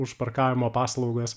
už parkavimo paslaugas